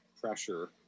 pressure